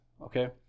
okay